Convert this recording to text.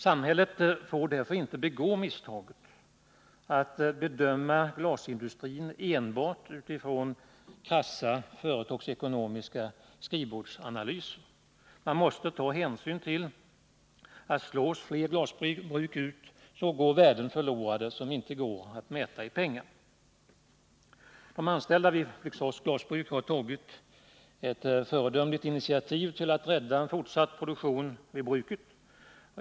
Samhället får därför inte begå misstaget att bedöma glasindustrin enbart utifrån krassa företagsekonomiska skrivbordsanalyser. Man måste ta hänsyn till att om fler glasbruk slås ut går värden förlorade som inte går att mäta i pengar. De anställda vid Flygsfors Glasbruk har tagit ett föredömligt initiativ för att rädda en fortsatt produktion vid bruket.